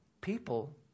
people